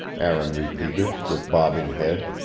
aaron repeated, with bobbing head.